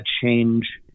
change